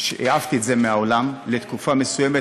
העפתי את זה מהעולם לתקופה מסוימת,